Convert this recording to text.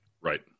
Right